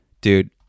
dude